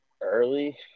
early